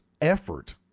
effort